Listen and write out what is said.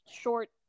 short